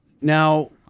now